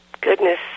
goodness